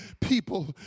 people